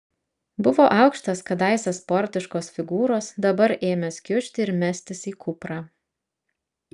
buvo aukštas kadaise sportiškos figūros dabar ėmęs kiužti ir mestis į kuprą